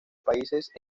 países